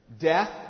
Death